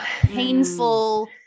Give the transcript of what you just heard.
painful